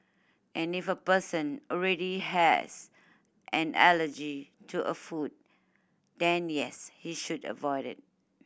and if a person already has an allergy to a food then yes he should avoid it